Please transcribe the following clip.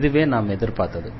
இதுவே நாம் எதிர்பார்த்தது